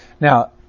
Now